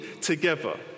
together